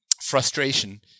frustration